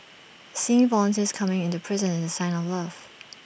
seeing volunteers coming into prison is A sign of love